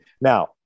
now